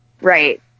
Right